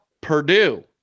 Purdue